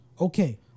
Okay